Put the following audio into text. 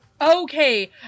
Okay